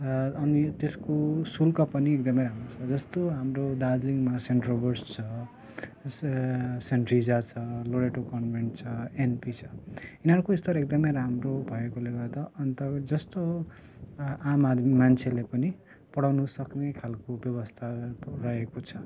र अनि त्यसको शुल्क पनि एकदमै राम्रो छ जस्तो हाम्रो दार्जिलिङमा सेन्ट रोबर्ट्स छ सेन्ट ट्रिजा छ लोरेटो कन्भेन्ट छ एनपी छ यिनीहरूको स्तर एकदम राम्रो भएकोले गर्दा अन्त जस्तो आम आदमी मान्छेले पनि पढाउन सक्ने खालको व्यवस्था रहेको छ